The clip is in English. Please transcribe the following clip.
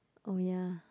oh ya